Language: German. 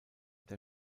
der